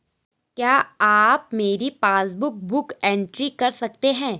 क्या आप मेरी पासबुक बुक एंट्री कर सकते हैं?